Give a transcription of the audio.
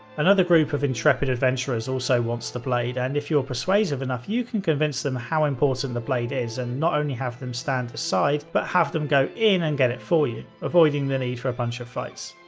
another group of intrepid adventurers also wants the blade and if you're persuasive enough you can convince them how important the blade is and not only have them stand aside, but have them go in and get it for you, avoiding the need for a bunch of fights.